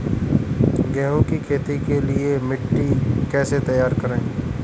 गेहूँ की खेती के लिए मिट्टी कैसे तैयार करें?